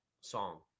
song